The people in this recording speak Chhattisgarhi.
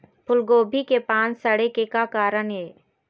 फूलगोभी के पान सड़े के का कारण ये?